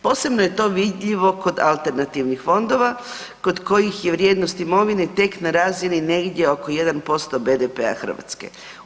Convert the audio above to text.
Posebno je to vidljivo kod alternativnih fondova kod kojih je vrijednost imovine tek na razini negdje oko 1% BDP-a Hrvatske.